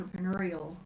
entrepreneurial